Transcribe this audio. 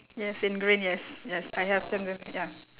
yes in green yes yes I have them ya